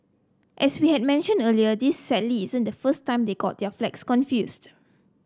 as we had mentioned earlier this sadly isn't the first time they got their flags confused